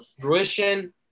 fruition